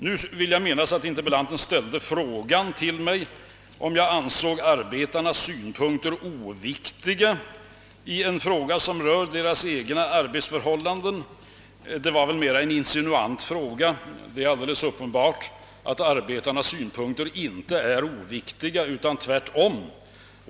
Nu vill jag minnas att interpellanten ställde frågan till mig, om jag ansåg arbetarnas synpunkter oviktiga, då det gällde deras egna arbetsförhållanden. Det var väl mera avsett som en insinuant fråga. Det är alldeles uppenbart att arbetarnas synpunkter inte är oviktiga, utan tvärtom.